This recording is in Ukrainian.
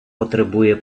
потребує